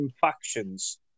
factions